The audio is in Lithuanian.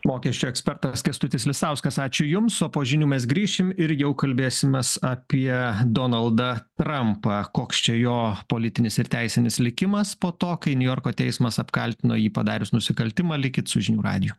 mokesčių ekspertas kęstutis lisauskas ačiū jums o po žinių mes grįšim ir jau kalbėsimės apie donaldą trampą koks čia jo politinis ir teisinis likimas po to kai niujorko teismas apkaltino jį padarius nusikaltimą likit su žinių radiju